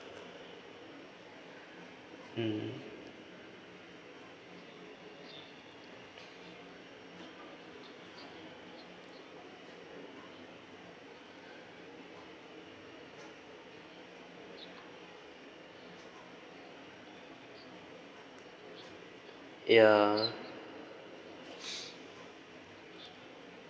mm ya